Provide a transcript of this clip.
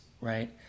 right